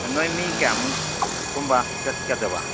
ꯅꯣꯏ ꯃꯤ ꯀꯌꯥꯃꯨꯛꯀꯨꯝꯕ ꯆꯠꯀꯗꯕ